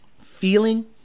feeling